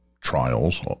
trials